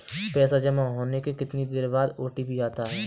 पैसा जमा होने के कितनी देर बाद ओ.टी.पी आता है?